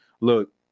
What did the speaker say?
Look